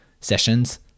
sessions